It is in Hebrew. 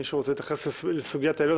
מישהו רוצה להתייחס לסוגיית העילות?